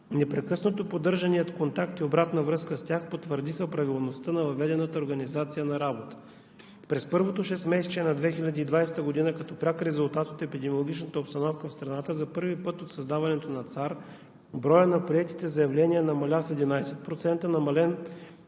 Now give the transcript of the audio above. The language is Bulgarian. Непрекъснато поддържаният контакт и обратна връзка с тях потвърдиха правилността на въведената организация на работа. През първото шестмесечие на 2020 г., като пряк резултат от епидемиологичната обстановка в страната, за първи път от създаването на ЦАР броят на приетите заявления намаля с 11%. Намален